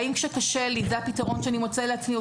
האם זה הפתרון שאני מוצא לעצמי כשקשה לי,